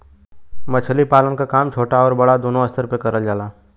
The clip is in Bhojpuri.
मछली पालन क काम छोटा आउर बड़ा दूनो स्तर पे करल जाला